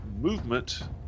movement